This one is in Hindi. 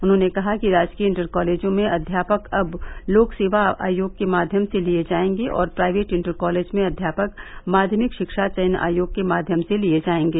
उन्होंने कहा कि राजकीय इंटर कॉलेजों में अध्यापक अब लोक सेवा आयोग के माध्यम से लिए जायेंगे और प्राइवेट इंटर कॉलेज में अध्यापक माध्यमिक शिक्षा चयन आयोग के माध्यम से लिए जायेंगे